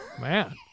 Man